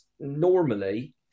Normally